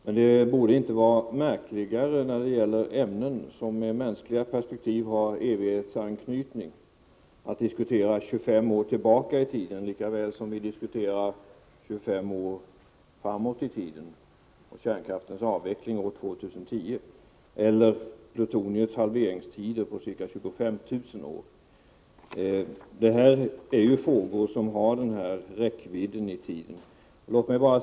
Men det borde inte vara märkligare när det gäller ämnen som i mänskligt perspektiv har en evighetsanknytning att diskutera 25 år tillbaka i tiden lika väl som vi diskuterar 25 år framåt i tiden, kärnkraftens avveckling år 2010 eller plutoniums halveringstid på ca 25 000 år. Det här är frågor som ju har den här räckvidden i tiden.